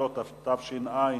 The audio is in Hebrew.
3), התש"ע 2010,